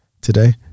today